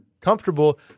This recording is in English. comfortable